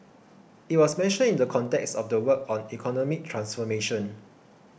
it was mentioned in the context of the work on economic transformation